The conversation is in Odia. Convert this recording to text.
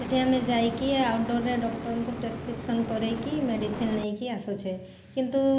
ସେଠି ଆମେ ଯାଇ କି ଆଉଟ୍ଡୋର୍ରେ ଡକ୍ଟରଙ୍କୁ ପ୍ରେସ୍କ୍ରିପସନ୍ କରେଇକି ମେଡ଼ିସିନ୍ ନେଇକି ଆସୁଛେ କିନ୍ତୁ